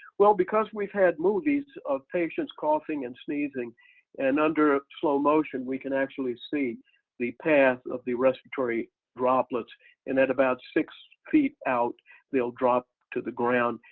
well because we've had movies of patients coughing and sneezing and under ah slow-motion. we can actually see the path of the respiratory droplets and at about six feet out they'll drop to the ground.